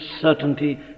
certainty